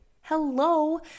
Hello